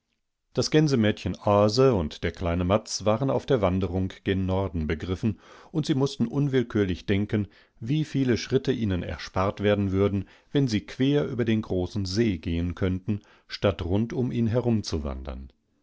das regenwasser war schon in die löcher und spalten hineingelaufenoderauchvondemeisselbstaufgesogen siesahennichtsals dieherrlicheeisfläche dasgänsemädchenaaseundderkleinemadswarenaufderwanderunggen norden begriffen und sie mußten unwillkürlich denken wie viele schritte ihnen erspart werden würden wenn sie quer über den großen see gehen könnten statt rund um ihn herumzuwandern